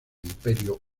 imperio